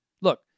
Look